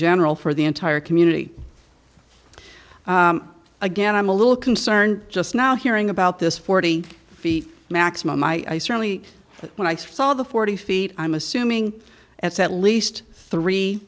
general for the entire community again i'm a little concerned just now hearing about this forty feet maximum i certainly when i saw the forty feet i'm assuming that's at least three